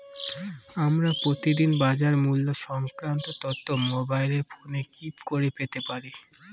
আমরা প্রতিদিন বাজার মূল্য সংক্রান্ত তথ্য মোবাইল ফোনে কি করে পেতে পারি?